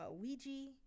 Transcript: Ouija